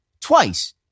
twice